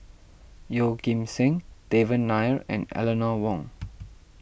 Yeoh Ghim Seng Devan Nair and Eleanor Wong